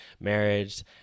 marriage